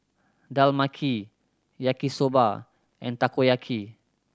Dal Makhani Yaki Soba and Takoyaki